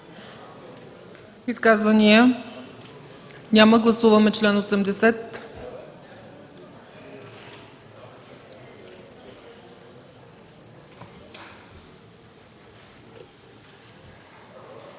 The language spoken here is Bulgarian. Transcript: Изказвания? Няма. Гласуваме чл. 86.